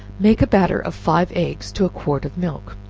make a batter of five eggs to a quart of milk,